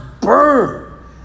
burn